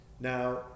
Now